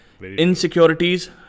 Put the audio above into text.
Insecurities